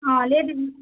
अँ लेडिज